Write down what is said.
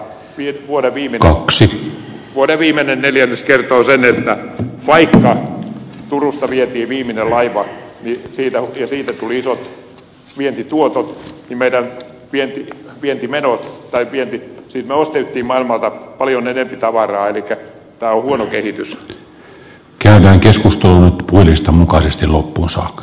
viime vuoden osalta vuoden viimeinen neljännes kertoo sen että vaikka turusta ja tiiviimmin ajava ei siitä oppia siitä vietiin viimeinen laiva ja siitä tuli isot vientituotot niin me ostimme maailmalta paljon enempi tavaraa elikkä tämä on huono kehitys